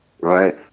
right